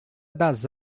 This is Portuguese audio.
das